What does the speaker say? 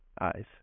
eyes